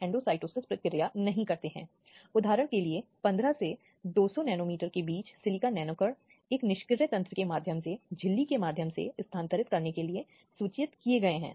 बच्चे के बलात्कार के संबंध में जांच सूचना की तारीख से 3 महीने के भीतर पूरी हो सकती है